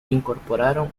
incorporaron